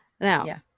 Now